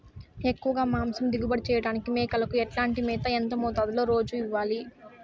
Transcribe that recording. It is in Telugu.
ఎక్కువగా మాంసం దిగుబడి చేయటానికి మేకలకు ఎట్లాంటి మేత, ఎంత మోతాదులో రోజు ఇవ్వాలి?